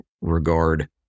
regard